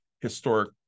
historic